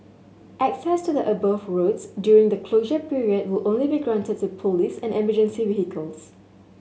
access to the above roads during the closure period will only be granted to police and emergency vehicles